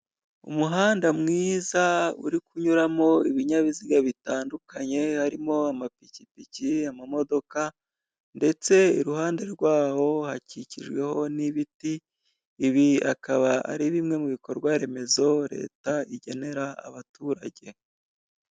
umuhanda mwiza uri kunyuramo ibinyabiziga bitandukanye harimo amapikipiki amamodoka ndetse iruhande rwaho hakikijweho nibiti ibi akaba aribimwe mubikorwa leta igenera abaturage.